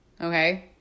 okay